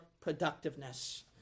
productiveness